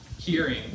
hearing